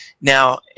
Now